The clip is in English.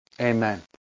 Amen